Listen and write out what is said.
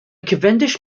cavendish